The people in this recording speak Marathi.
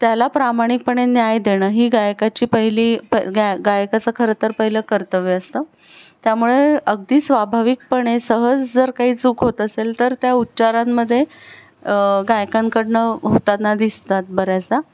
त्याला प्रामाणीकपणे न्याय देणं ही गायकाची पहिली प गाय गायकाचं खरं तर पहिलं कर्तव्य असतं त्यामुळे अगदी स्वाभाविकपणे सहज जर काही चूक होत असेल तर त्या उच्चारांमध्ये गायकांकडून होताना दिसतात बऱ्याच